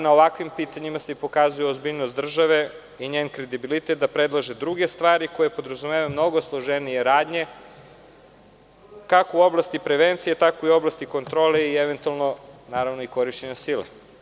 Na ovakvim pitanjim se pokazuje obziljnost države i njen kredibilitet da predlaže druge stvari koje podrazumevaju mnogo složenije radnje, kako u oblasti prevencije, tako i u oblasti kontrole i eventualnog korišćenja sile.